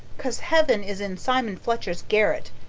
cause heaven is in simon fletcher's garret,